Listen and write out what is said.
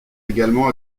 également